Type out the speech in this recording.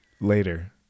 later